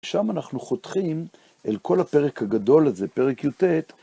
שם אנחנו חותכים אל כל הפרק הגדול הזה, פרק י"ט.